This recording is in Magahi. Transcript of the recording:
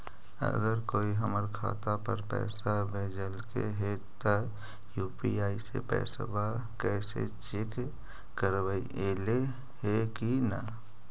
अगर कोइ हमर खाता पर पैसा भेजलके हे त यु.पी.आई से पैसबा कैसे चेक करबइ ऐले हे कि न?